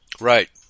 Right